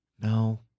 No